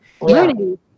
learning